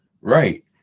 Right